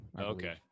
Okay